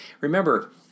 Remember